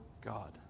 God